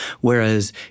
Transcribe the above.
Whereas